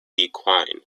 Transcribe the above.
quine